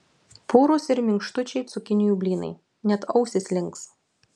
purūs ir minkštučiai cukinijų blynai net ausys links